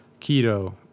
keto